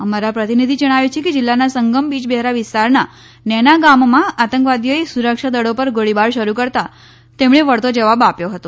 અમારા પ્રતિનિધિ જણાવે છે કે જીલ્લાના સંગમ બીજબેહરા વિસ્તારના નૈના ગામમાં આતંકવાદીઓએ સુરક્ષા દળો પર ગોળીબાર શરૂ કરતાં તેમણે વળતો જવાબ આપ્યો હતો